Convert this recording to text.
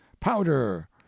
powder